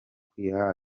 kwiha